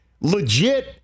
legit